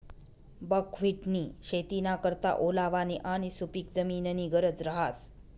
बकव्हिटनी शेतीना करता ओलावानी आणि सुपिक जमीननी गरज रहास